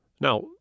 Now